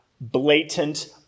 blatant